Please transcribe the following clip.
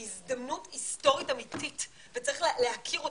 הזדמנות היסטורית אמיתית וצריך להכיר אותה.